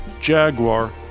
Jaguar